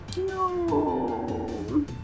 No